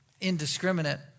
indiscriminate